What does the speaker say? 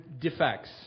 defects